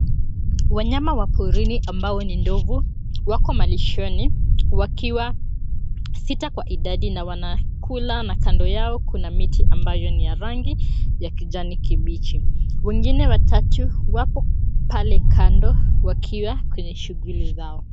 Wanyama wa porini ambao ni ndovu, wako malishoni wakiwa sita kwa idadi na wanakula na kando yao kuna miti ambayo ni ya rangi ya kijani kibichi. Wengine watatu wapo pale kando wakiwa kwenye shughuli zao.